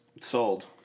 Sold